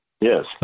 Yes